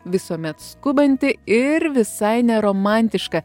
visuomet skubantį ir visai neromantišką